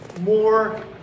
more